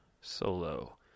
solo